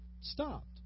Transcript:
stopped